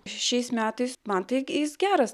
šiais metais man tai jis geras